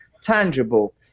tangible